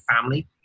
family